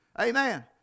Amen